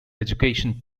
education